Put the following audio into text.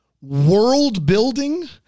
world-building